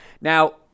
Now